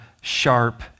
sharp